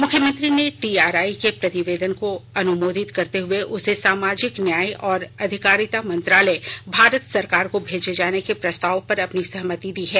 मुख्यमंत्री ने टीआरआई के प्रतिवेदन को अनुमोदित करते हुए उसे सामाजिक न्याय और अधिकारिता मंत्रालय भारत सरकार को भेजे जाने के प्रस्ताव पर अपनी सहमति दी है